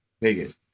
Vegas